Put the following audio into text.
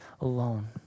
alone